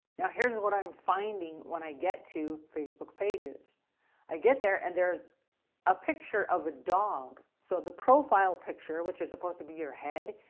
here's what i'm finding when i get to facebook pages i get there, and there's a picture of a dog. so the profile picture which is supposed to be your head,